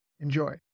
Enjoy